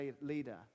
leader